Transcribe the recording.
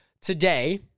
today